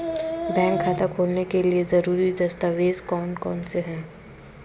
Bank खाता खोलने के लिए ज़रूरी दस्तावेज़ कौन कौनसे हैं?